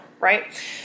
right